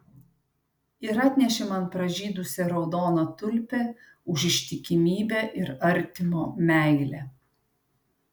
ir atnešė man pražydusią raudoną tulpę už ištikimybę ir artimo meilę